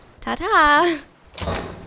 Ta-ta